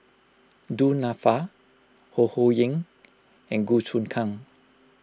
Du Nanfa Ho Ho Ying and Goh Choon Kang